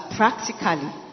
practically